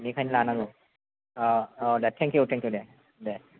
बेनिखायनो लानांगौ औ दे थेंकइउ थेंकइउ दे